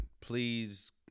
Please